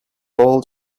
paul